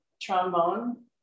trombone